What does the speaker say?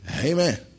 Amen